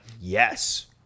yes